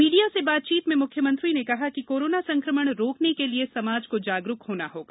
media से बातचीत में म्ख्यमंत्री ने कहा कि कोरोना संक्रमण रोकने के लिए समाज को जागरूक होना होगा